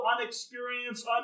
unexperienced